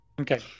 okay